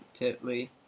titly